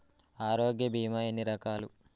ఆరోగ్య బీమా ఎన్ని రకాలు?